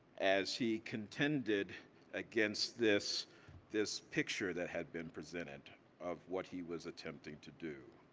as he contended against this this picture that had been presented of what he was attempting to do.